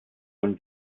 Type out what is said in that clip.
von